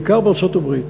בעיקר בארצות-הברית,